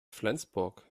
flensburg